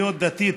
להיות דתי,